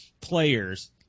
players